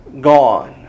gone